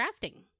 crafting